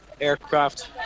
aircraft